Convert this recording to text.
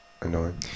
annoying